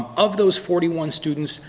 of those forty one students,